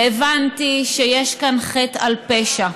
והבנתי שיש כאן חטא על פשע,